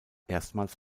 erstmals